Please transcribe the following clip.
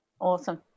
Awesome